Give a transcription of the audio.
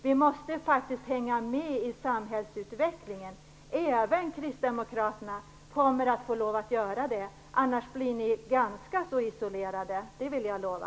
Vi måste faktiskt hänga med i samhällsutvecklingen, och även kristdemokraterna får lov att göra det. Annars blir de ganska isolerade - det vill jag lova.